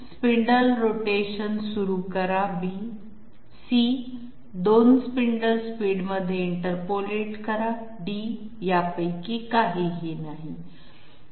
spindle rotation सुरू करा 2 spindle स्पीडमध्ये इंटरपोलेट करा यांपैकी काहीही नाही